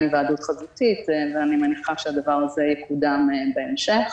הוועדות חזותית ואני מניחה שהדבר הזה יקודם בהמשך.